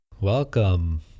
Welcome